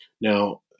Now